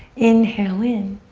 inhale in.